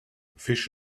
fish